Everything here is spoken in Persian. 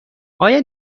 آیا